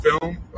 film